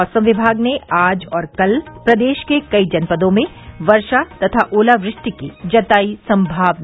मौसम विभाग ने आज और कल प्रदेश के कई जनपदों में वर्षा तथा ओलावृष्टि की जताई संभावना